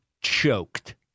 choked